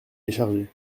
déchargé